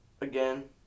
again